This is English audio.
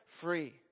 free